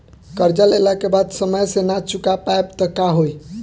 कर्जा लेला के बाद समय से ना चुका पाएम त का होई?